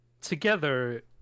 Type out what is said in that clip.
together